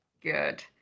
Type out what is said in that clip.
Good